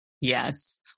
Yes